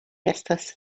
estas